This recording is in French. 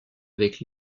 avec